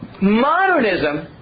Modernism